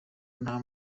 nta